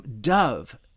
Dove